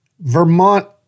Vermont